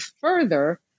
further